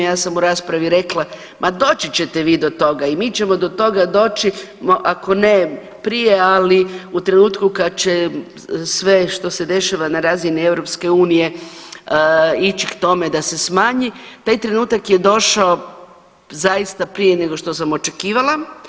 Ja sam u raspravi rekla ma doći ćete vi do toga i mi ćemo do toga doći ako ne prije, ali u trenutku kad će sve što se dešava na razini EU ići k tome da se smanji, taj trenutak je došao zaista prije nego što sam očekivala.